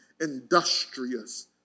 industrious